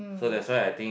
so that's why I think